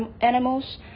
animals